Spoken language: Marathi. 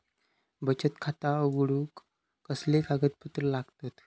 बचत खाता उघडूक कसले कागदपत्र लागतत?